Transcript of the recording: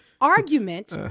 argument